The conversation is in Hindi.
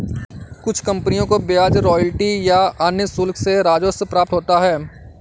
कुछ कंपनियों को ब्याज रॉयल्टी या अन्य शुल्क से राजस्व प्राप्त होता है